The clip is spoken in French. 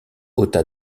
ôta